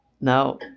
no